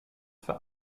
für